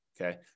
Okay